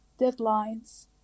deadlines